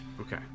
Okay